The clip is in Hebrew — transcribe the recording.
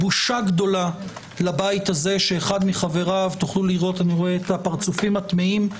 בושה גדולה לבית הזה שאחד מחבריו אני רואה את הפרצופים התמהים.